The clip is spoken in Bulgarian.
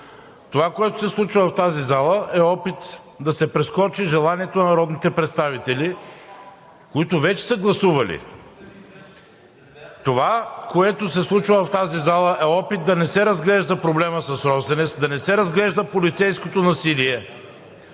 Това, което се случва в тази зала, е опит да се прескочи желанието на народните представители, които вече са гласували. Това, което се случва в тази зала, е опит да не се разглежда проблемът с „Росенец“, да не се разглежда полицейското насилие.